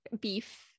Beef